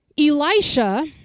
Elisha